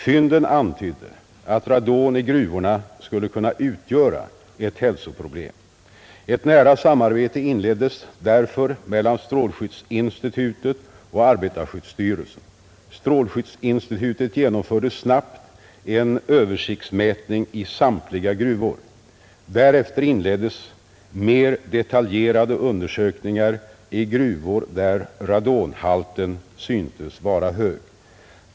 Fynden antydde att radon i gruvorna skulle kunna utgöra ett hälsoproblem, Ett nära samarbete inleddes därför mellan strålskyddsinstitutet och arbetarskyddsstyrelsen, Strålskyddsinstitutet genomförde snabbt en översiktsmätning i samtliga gruvor. Därefter inleddes mer detaljerade undersökningar i gruvor där radonhalten syntes vara högst.